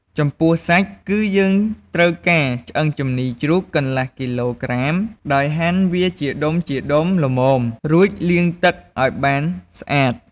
ចំពោះសាច់ គឺយើងត្រូវការ ឆ្អឹងជំនីរជ្រូកកន្លះគីឡូក្រាម ដោយហាន់វាជាដុំៗល្មម រួចលាងទឹកឱ្យបានស្អាត។